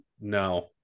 no